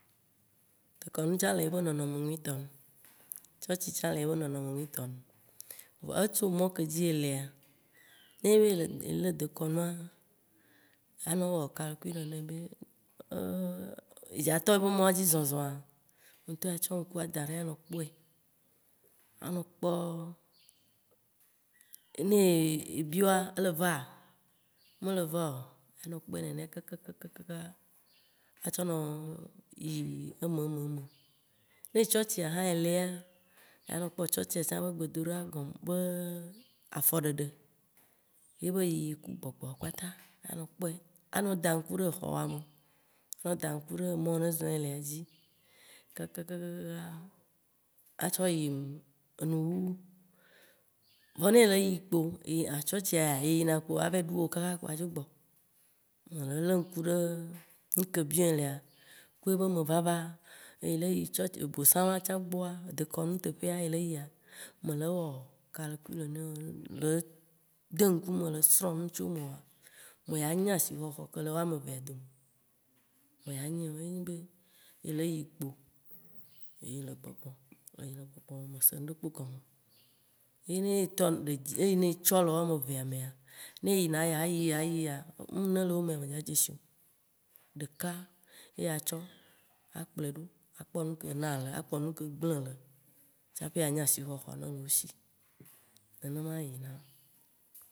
Dekɔnu, tsã le yebe nɔnɔme nyuitɔ nu, tsɔtsi tsã le yebe nɔnɔme nyuitɔ nu, voa etso emɔ ke dzi ye elea. Nenye be ele dekɔnua, anɔ wɔ calcul nɛ be, yi dza tɔ yebe mɔa dzi zɔ̃zɔ̃a, wò ŋtɔ atsɔ ŋku adaɖi anɔ kpɔɛ, anɔ kpɔ enuyi ye biɔa ele va, me le va o, anɔ kpɔe nenea kakakaka atsɔ nɔ yi ememememe, ne tsɔtsia hã ye elea, ya nɔ kpɔ tsɔtsia hã be gbedodoɖa be aƒɔɖeɖe, ye be yiyi ku gbɔgbɔ kpata anɔ kpɔe, anɔ da ŋku ɖe xɔ woa me. Anɔ da ŋku ɖe emɔ yi ne zɔ̃ elea dzi kakakaka atsɔ yi enuwuwu. Vɔa ne ele yi kpo, ye yina tsɔstsia, ye yina kpo ava yi ɖu woe kaka kpo adzo gbɔ. Mele le ŋku ɖe nuke bia elea ku ye be mevava, ye le yi bosaŋua tsã gbɔa, dekɔnu teƒea, ye le yia, mele wɔ calcul, le de ŋku ɖe me, le srɔ̃ nu tso me oa, me ya nya asixɔxɔ ke le woamevea dome o, me ya nyae o, ye nyi be, eleyi kpo. Ele yiyi le gbɔgbɔ, ele yiyi le gbɔgbɔ vɔ mese ŋɖekpo gɔme o. Ye ne tɔ ɖe dzi, eyi ne etsɔ le woame evea mea, ne eyina eya, ayi eya, ayi eya, nu yi nele wo mea me ya dzesi o, ɖeka ye ya tsɔ akplɔe ɖo, akpɔ ne ke na ele, akpɔ nuke gblem ele, tsaƒe anya asixɔxɔ ne le wó si. Nenema eyina.